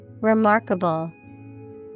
Remarkable